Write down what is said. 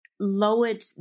lowered